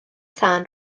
tân